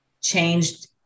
changed